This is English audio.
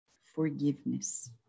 forgiveness